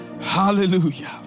Hallelujah